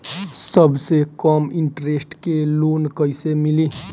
सबसे कम इन्टरेस्ट के लोन कइसे मिली?